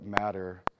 matter